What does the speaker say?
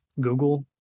Google